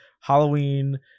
halloween